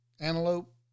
antelope